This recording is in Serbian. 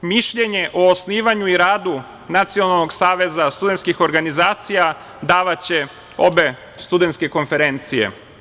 Mišljenje o osnivanju i radu Nacionalnog saveza studentskih organizacija davaće obe studentske konferencije.